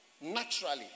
Naturally